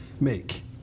make